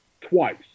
twice